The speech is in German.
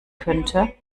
könnte